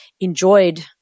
enjoyed